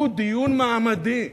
הוא דיון מעמדי.